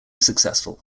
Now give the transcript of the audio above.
successful